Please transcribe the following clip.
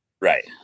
Right